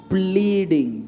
bleeding